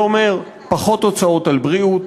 זה אומר פחות הוצאות על בריאות,